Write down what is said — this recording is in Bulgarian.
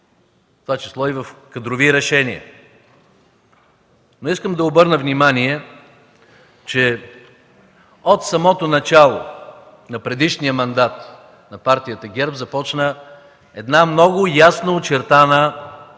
това число и в кадровите решения. Искам да обърна внимание, че от самото начало на предишния мандат на Партия ГЕРБ започна една много ясно очертана тенденция